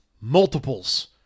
multiples